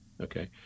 okay